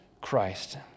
Christ